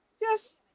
yes